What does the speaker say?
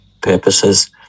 purposes